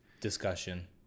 discussion